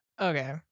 Okay